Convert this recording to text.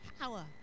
power